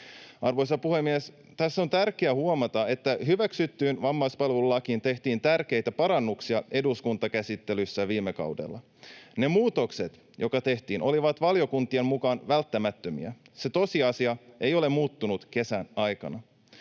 Arvoisa puhemies! Tässä on tärkeää huomata, että hyväksyttyyn vammaispalvelulakiin tehtiin tärkeitä parannuksia eduskuntakäsittelyssä viime kaudella. Ne muutokset, jotka tehtiin, olivat valiokuntien mukaan välttämättömiä. Se tosiasia ei ole muuttunut kesän aikana.